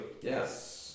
Yes